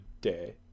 day